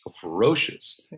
ferocious